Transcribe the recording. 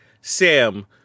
Sam